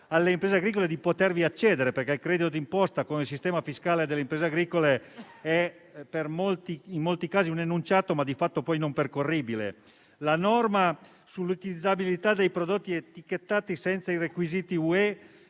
che permetta loro di potervi accedere; infatti il credito di imposta come sistema fiscale delle imprese agricole è in molti casi un enunciato di fatto poi non percorribile. La norma sull'utilizzabilità dei prodotti etichettati senza i requisiti UE,